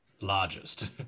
largest